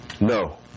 No